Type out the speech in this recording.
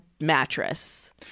mattress